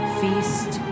feast